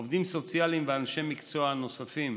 עובדים סוציאליים ואנשי מקצוע נוספים